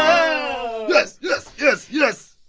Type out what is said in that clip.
um yes, yes, yes, yes